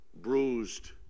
bruised